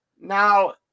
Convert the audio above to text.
Now